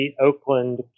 Oakland